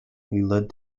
led